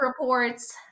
reports